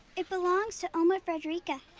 it belongs to oma fredericka.